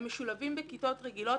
הם משולבים בכיתות רגילות,